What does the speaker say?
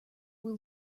will